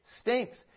stinks